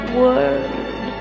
word